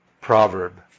proverb